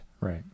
right